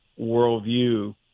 worldview